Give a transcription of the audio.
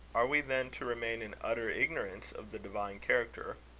are we, then, to remain in utter ignorance of the divine character?